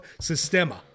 Sistema